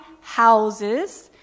houses